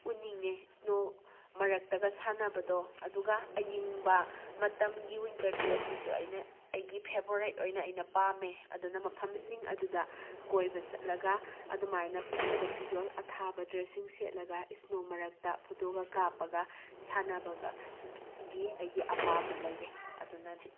ꯎꯅꯤꯡꯑꯦ ꯏꯁꯅꯣ ꯃꯔꯛꯇꯒ ꯁꯥꯟꯅꯕꯗꯣ ꯑꯗꯨꯒ ꯑꯌꯤꯡꯕ ꯃꯇꯝꯒꯤ ꯋꯤꯟꯇꯔ ꯗ꯭ꯔꯦꯁꯁꯤꯁꯨ ꯑꯩꯅ ꯑꯩꯒꯤ ꯐꯦꯕꯣꯔꯥꯏꯠ ꯑꯣꯏꯅ ꯑꯩꯅ ꯄꯥꯝꯃꯦ ꯑꯗꯨꯅ ꯃꯐꯝꯁꯤꯡ ꯑꯗꯨꯗ ꯀꯣꯏꯕ ꯆꯠꯂꯒ ꯑꯗꯨꯃꯥꯏꯅ ꯐꯖꯕ ꯐꯤꯖꯣꯜ ꯑꯊꯥꯕ ꯗ꯭ꯔꯦꯁꯁꯤꯡ ꯁꯦꯠꯂꯒ ꯏꯁꯅꯣ ꯃꯔꯛꯇ ꯐꯣꯇꯣꯒ ꯀꯥꯞꯂꯒ ꯁꯥꯟꯅꯕꯒ ꯒꯤ ꯑꯩꯒꯤ ꯑꯄꯥꯝꯕ ꯂꯩꯑꯦ ꯑꯗꯨꯅꯅꯤ